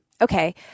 Okay